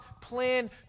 plan